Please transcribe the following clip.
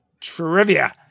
trivia